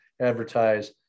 advertise